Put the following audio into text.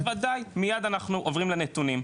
בוודאי, מיד אנחנו עוברים לנתונים.